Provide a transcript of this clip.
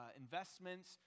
investments